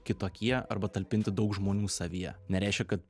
kitokie arba talpinti daug žmonių savyje nereiškia kad